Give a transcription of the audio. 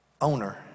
Owner